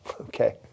Okay